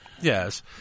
Yes